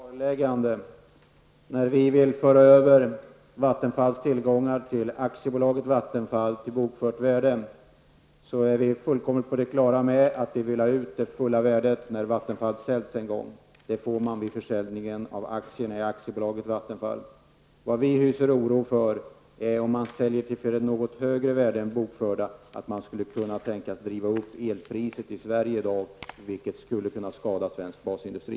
Fru talman! Jag tror att det är angeläget med ett klarläggande i det här sammanhanget. Vi vill till bokfört värde föra över Vattenfalls tillgångar till aktiebolaget Vattenfall, och vi är helt på det klara med att fullvärdet skall tas ut när Vattenfall en gång säljs. Det gäller då vid försäljningen av aktierna i aktiebolaget Vattenfall. Men om man säljer ut till ett värde som ligger något över det bokförda värdet, och på den punkten hyser vi oro, kan det bli så, att elpriset därmed drivs upp. Detta skulle kunna skada svensk basindustri.